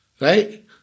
right